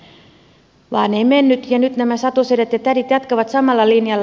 vaan ei mennyt ja nyt nämä satusedät ja tädit jatkavat samalla linjalla